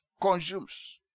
consumes